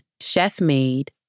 chef-made